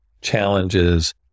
challenges